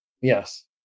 Yes